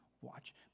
watch